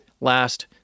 last